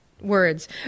words